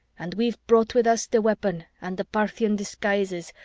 and we've brought with us the weapon and the parthian disguises,